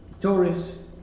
tourists